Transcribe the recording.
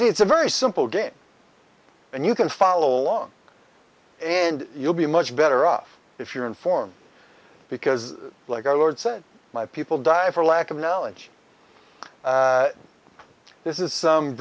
it's a very simple game and you can follow along and you'll be much better off if you're in form because like our lord said my people die for lack of knowledge this is some